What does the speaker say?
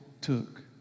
took